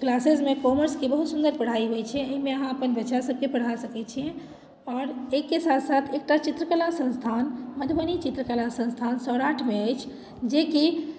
क्लासेजमे कॉमर्सके बहुत सुन्दर पढ़ाइ होइत छै एहिमे अहाँ अपन बच्चासभकेँ पढ़ा सकैत छियै आओर एहिके साथ साथ एकटा चित्रकला संस्थान मधुबनी चित्रकला संस्थान सौराठमे अछि जे कि